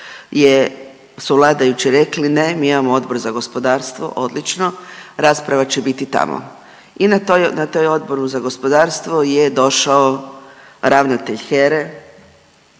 su vladajući rekli, ne mi imamo Odbor za gospodarstvo, odlično, rasprava će biti tamo. I na toj Odboru za gospodarstvo je došao ravnatelj HERA-e